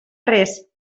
res